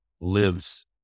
lives